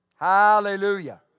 Hallelujah